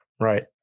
right